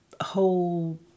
whole